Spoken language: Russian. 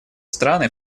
страны